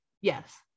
yes